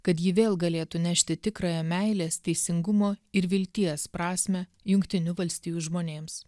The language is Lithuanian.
kad ji vėl galėtų nešti tikrąją meilės teisingumo ir vilties prasmę jungtinių valstijų žmonėms